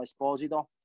Esposito